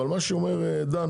אבל מה שאומר דן